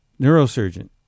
neurosurgeon